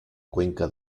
cuenca